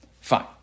fine